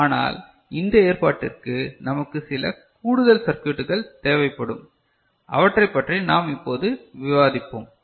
ஆனால் இந்த ஏற்பாட்டிற்கு நமக்கு சில கூடுதல் சர்க்யூட்டுகள் தேவைப்படும் அவற்றைப் பற்றி நாம் இப்போது விவாதிப்போம்